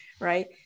right